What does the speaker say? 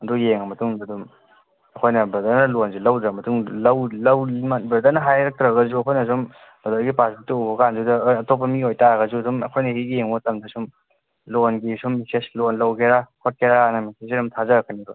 ꯑꯗꯨ ꯌꯦꯡꯂꯕ ꯃꯇꯨꯡꯗ ꯑꯗꯨꯝ ꯑꯩꯈꯣꯏꯅ ꯕ꯭ꯔꯗꯔꯅ ꯂꯣꯟꯁꯦ ꯂꯧꯗ꯭ꯔꯕ ꯃꯇꯨꯡ ꯕ꯭ꯔꯗꯔꯅ ꯍꯥꯏꯔꯛꯇ꯭ꯔꯒꯁꯨ ꯑꯩꯈꯣꯏꯅ ꯁꯨꯝ ꯕ꯭ꯔꯗꯔꯒꯤ ꯄꯥꯁꯕꯨꯛꯇꯨ ꯎꯕ ꯀꯥꯟꯗꯨꯗ ꯍꯣꯏ ꯑꯇꯣꯞꯄ ꯃꯤ ꯑꯣꯏꯕ ꯇꯥꯔꯁꯨ ꯑꯗꯨꯝ ꯑꯩꯈꯣꯏꯅ ꯍꯦꯛ ꯌꯦꯡꯕ ꯃꯇꯝꯗ ꯁꯨꯝ ꯂꯣꯟꯒꯤ ꯁꯨꯝ ꯃꯦꯁꯦꯁ ꯂꯣꯟ ꯂꯧꯒꯦꯔꯥ ꯈꯣꯠꯀꯦꯔꯥꯅ ꯃꯦꯁꯦꯁꯁꯦ ꯑꯗꯨꯝ ꯊꯥꯖꯔꯛꯀꯅꯦꯕ